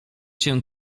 cię